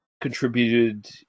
contributed